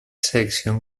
section